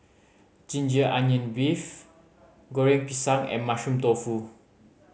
ginger onion beef Goreng Pisang and Mushroom Tofu